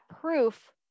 proof